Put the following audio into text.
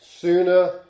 sooner